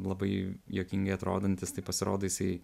labai juokingai atrodantis taip pasirodo jisai